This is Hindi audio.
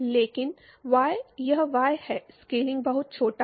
लेकिन y यह y है स्केलिंग बहुत छोटा है